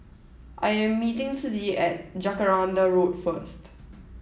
I am meeting Ciji at Jacaranda Road first